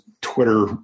Twitter